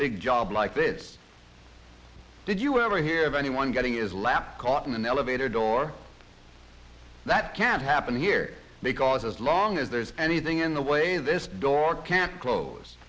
big job like this did you ever hear of anyone getting is lab caught in an elevator door that can't happen here because as long as there's anything in the way this door can't close